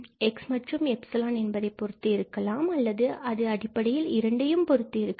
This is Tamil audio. x மற்றும் 𝜖 என்பதை பொறுத்து இருக்கலாம் அல்லது அடிப்படையில் அது இரண்டையும் பொருத்து இருக்கலாம்